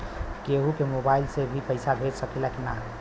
केहू के मोवाईल से भी पैसा भेज सकीला की ना?